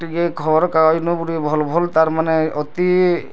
ଟିକେ ଖବରକାଗଜନୁ ଟିକେ ଭଲ୍ ଭଲ୍ ତାର୍ ମାନେ ଅତି